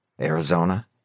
Arizona